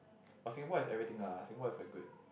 but Singapore has everything lah Singapore is very good